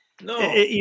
No